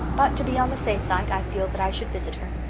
but to be on the safe side i feel that i should visit her.